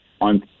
On